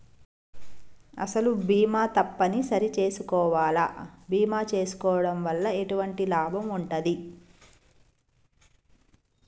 అసలు బీమా తప్పని సరి చేసుకోవాలా? బీమా చేసుకోవడం వల్ల ఎటువంటి లాభం ఉంటది?